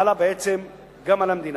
חלה בעצם גם על המדינה,